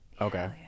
Okay